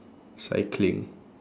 cycling